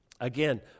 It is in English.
Again